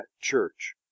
church